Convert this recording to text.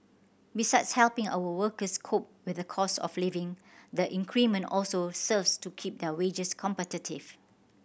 besides helping our workers cope with the cost of living the increment also serves to keep their wages competitive